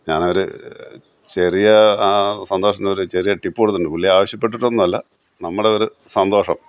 ഞാനവർ ചെറിയ ആ സന്തോഷത്തിനൊരു ചെറിയ ടിപ്പ് കൊടുത്തിട്ടുണ്ട് പുള്ളി ആവശ്യപെട്ടിട്ടൊന്നും അല്ല നമ്മുടെ ഒരു സന്തോഷം